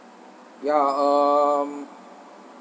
ya um